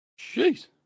jeez